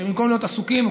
שבמקום להיות עסוקים,